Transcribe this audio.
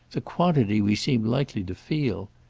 the quantity we seem likely to feel!